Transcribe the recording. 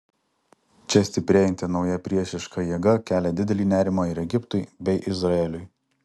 čia stiprėjanti nauja priešiška jėga kelia didelį nerimą ir egiptui bei izraeliui